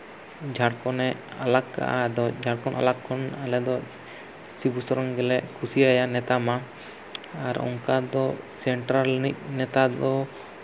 ᱡᱷᱟᱲᱠᱷᱚᱸᱰ ᱮ ᱟᱞᱟᱜᱽ ᱟᱠᱟᱫᱼᱟ ᱟᱫᱚ ᱡᱷᱟᱲᱠᱷᱚᱸᱰ ᱟᱞᱟᱜᱽ ᱠᱷᱚᱱ ᱟᱞᱮ ᱫᱚ ᱥᱤᱵᱩ ᱥᱚᱨᱮᱱ ᱜᱮᱞᱮ ᱠᱩᱥᱤᱭᱟᱭᱟ ᱱᱮᱛᱟ ᱢᱟ ᱟᱨ ᱚᱱᱠᱟ ᱫᱚ ᱥᱮᱱᱴᱨᱟᱞ ᱨᱮᱱᱤᱡ ᱱᱮᱛᱟ ᱫᱚ